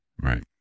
Right